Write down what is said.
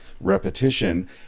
repetition